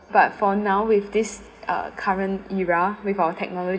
but for now with this uh current era with our technology